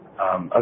Okay